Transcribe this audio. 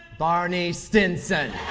barney stinson,